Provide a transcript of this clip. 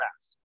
fast